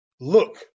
Look